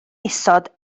isod